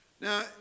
Now